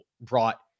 brought